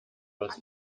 aus